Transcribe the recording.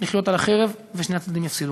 לחיות על החרב ושני הצדדים יפסידו.